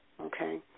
okay